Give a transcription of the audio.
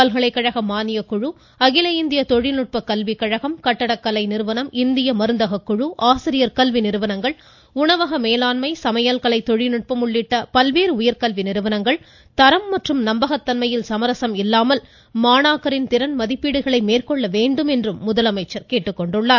பல்கலைகழக மானியக்குழு அகில இந்திய தொழில்நுட்ப கல்விக்கழகம் கட்டடக்கலை நிறுவனம் இந்திய மருந்தகக் குழு ஆசிரியர் கல்வி நிறுவனங்கள் உணவக மேலாண்மை சமையல்கலை தொழில்நுட்பம் உள்ளிட்ட பல்வேறு உயர்கல்வி நிறுவனங்கள் தரம் மற்றும் நம்பகத்தன்மையில் சமரசம் இல்லாமல் மாணாக்கரின் திறன் முதலமைச்சர் கேட்டுக்கொண்டுள்ளார்